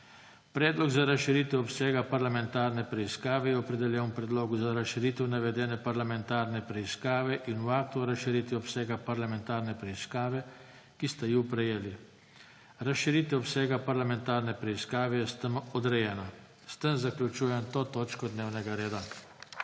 Predlog za razširitev obsega parlamentarne preiskave je opredeljen v predlogu za razširitev navedene parlamentarne preiskave in uvaja to razširitev obsega parlamentarne preiskave, ki ste ju prejeli. Razširitev obsega parlamentarne preiskave je s tem odrejena. S tem zaključujem to točko dnevnega reda.